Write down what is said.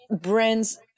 brands